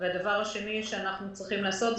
והדבר השני שאנחנו צריכים לעשות,